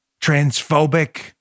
transphobic